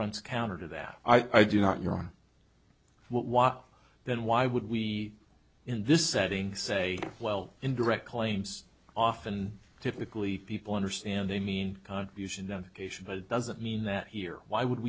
runs counter to that i do not your own while then why would we in this setting say well in direct claims often typically people understand they mean contribution on occasion but it doesn't mean that here why would